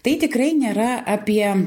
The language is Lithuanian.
tai tikrai nėra apie